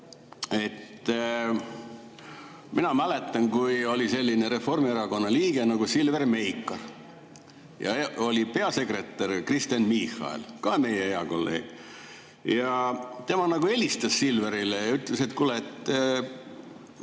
Mina mäletan, kui oli selline Reformierakonna liige nagu Silver Meikar ja oli peasekretär Kristen Michal, ka meie hea kolleeg. Ja tema nagu helistas Silverile ja ütles, et kuule,